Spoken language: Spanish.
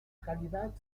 calidad